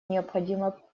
необходимо